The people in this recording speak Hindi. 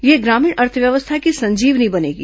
यह ग्रामीण अर्थव्यवस्था की संजीवनी बनेगी